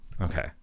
Okay